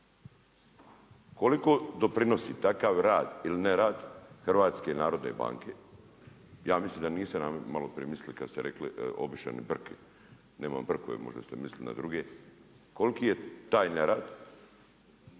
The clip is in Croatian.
Koliko doprinosi takav radi li nerad HNB-a? ja mislim da nisam, maloprije mislili kad ste rekli, obješen brk, nemam brkove, možda ste mislili na druge, koliki je taj nerad